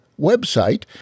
website